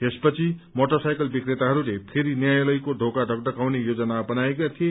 यसपछि motorcycle विक्रेताहरूले फेरि न्यायालयको ढोका ढकढकाउने योजना बनाएका थिए